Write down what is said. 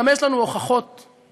גם יש לנו הוכחות מוקלטות.